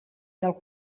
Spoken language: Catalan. del